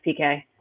PK